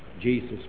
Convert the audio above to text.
jesus